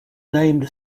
named